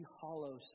hollow